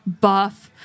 buff